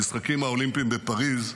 במשחקים האולימפיים בפריז,